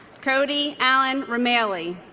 cody alan remaley